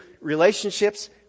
relationships